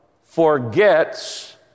forgets